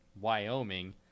Wyoming